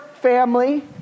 family